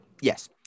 Yes